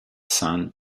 son